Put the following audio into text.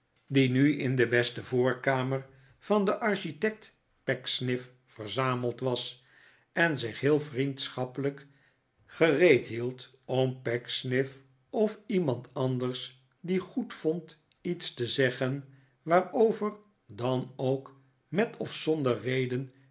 die nu in de beste voorkamer van den architect pecksniff verzameld was en zich heel vriendschappelijk gereed hield om pecksniff of iemand anders die goed vond iets te zeggen waarover dan ook met of zonder reden